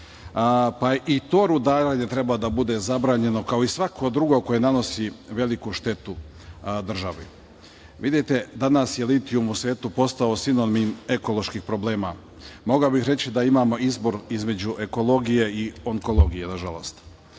pa i to rudarenje treba da bude zabranjeno kao i svako drugo koje nanosi veliku štetu državi. Vidite, danas je litijum u svetu postao sinonim ekoloških problema. Mogao bih reći da imamo izbor između ekologije i onkologije, nažalost. Mnogo